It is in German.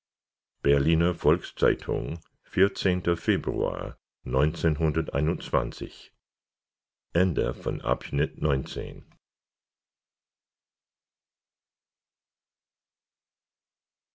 berliner volks-zeitung februar